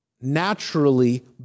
naturally